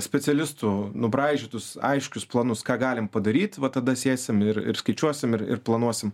specialistų nubraižytus aiškius planus ką galim padaryt va tada sėsim ir ir skaičiuosim ir planuosim